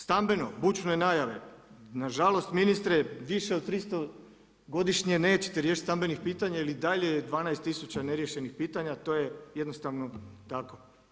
Stambeno, bučne najave, nažalost ministre, više od 300 godišnje, nećete riješiti stambenih pitanje jer i dalje je 12 tisuća ne riješenih pitanja, to je jednostavno tako.